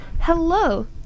Hello